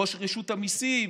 ראש רשות המיסים,